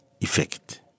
effect